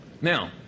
Now